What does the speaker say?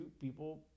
people